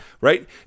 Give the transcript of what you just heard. Right